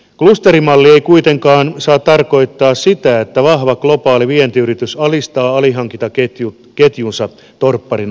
klusterimalli ei kuitenkaan saa tarkoittaa sitä että vahva globaali vientiyritys alistaa alihankintaketjunsa torpparin asemaan